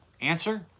Answer